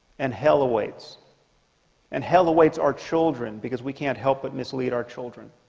and hell awaits and hell awaits our children because we can't help but mislead our children